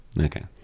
okay